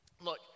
Look